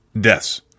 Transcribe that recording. deaths